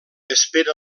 espera